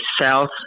south